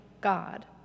God